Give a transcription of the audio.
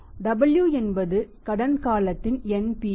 W என்பது கடன் காலத்தில் NPV